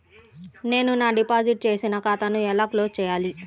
నేను నా డిపాజిట్ చేసిన ఖాతాను ఎలా క్లోజ్ చేయాలి?